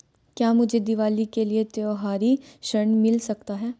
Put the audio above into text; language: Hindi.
क्या मुझे दीवाली के लिए त्यौहारी ऋण मिल सकता है?